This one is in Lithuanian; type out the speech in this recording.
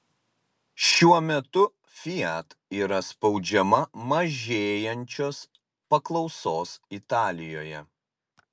šiuo metu fiat yra spaudžiama mažėjančios paklausos italijoje